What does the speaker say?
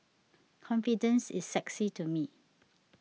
confidence is sexy to me